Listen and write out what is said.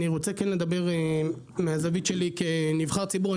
אני רוצה כן לדבר מהזווית שלי כנבחר ציבור,